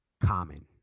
Common